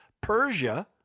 Persia